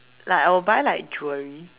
like I will buy like jewelry